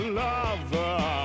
lover